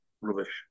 rubbish